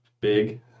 Big